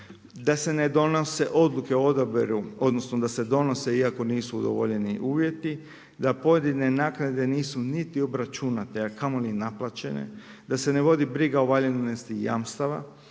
da se ne donose odluke o odabiru odnosno da se donose iako nisu udovoljeni uvjeti, da pojedine naknade nisu niti obračunate, a kamoli naplaćene, da se ne vodi briga o valjanosti jamstava,